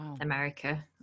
America